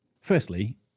Firstly